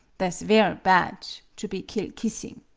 tha' s ver' bad to be kill kissing.